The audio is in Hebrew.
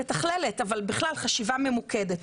מתכללת אבל בכלל חשיבה ממוקדת,